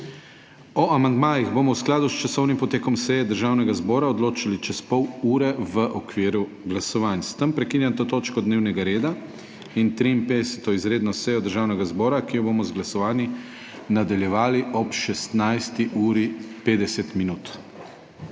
O amandmajih bomo v skladu s časovnim potekom seje Državnega zbora odločali čez pol ure v okviru glasovanj. S tem prekinjam to točko dnevnega reda in 53. izredno sejo Državnega zbora, ki jo bomo z glasovanji nadaljevali ob 16.